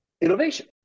innovation